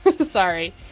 Sorry